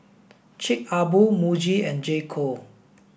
Chic a Boo Muji and J co